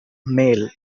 male